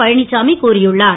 பழ சாமி கூறியுள்ளார்